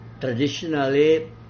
traditionally